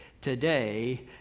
today